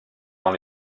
dans